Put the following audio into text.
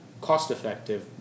cost-effective